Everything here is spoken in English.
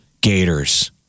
gators